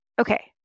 okay